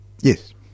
yes